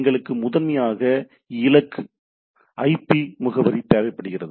எங்களுக்கு முதன்மையாக இலக்கு சரியான ஐபி முகவரி தேவைப்படுகிறது